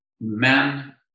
men